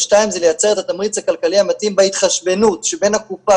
ושתיים זה לייצר את התמריץ הכלכלי המתאים בהתחשבנות שבין הקופה